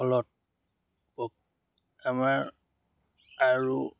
ফলত আমাৰ আৰু